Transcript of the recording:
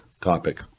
topic